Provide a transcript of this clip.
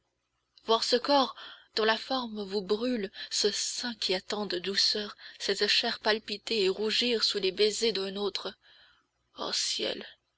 voir ce corps dont la forme vous brûle ce sein qui a tant de douceur cette chair palpiter et rougir sous les baisers d'un autre ô ciel